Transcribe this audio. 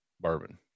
bourbon